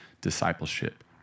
discipleship